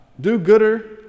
Do-gooder